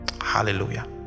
hallelujah